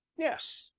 yes,